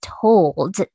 told